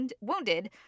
wounded